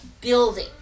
building